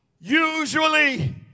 Usually